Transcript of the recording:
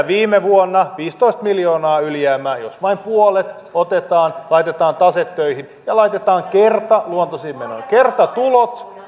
viime vuonna viisitoista miljoonaa ylijäämää jos vain puolet otetaan laitetaan tase töihin ja laitetaan kertaluontoisiin menoihin kertatulot